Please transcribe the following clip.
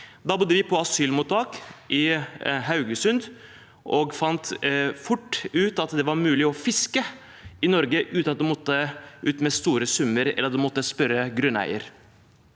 Da bodde vi på asylmottak i Haugesund og fant fort ut at det var mulig å fiske i Norge uten at en måtte ut med